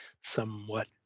somewhat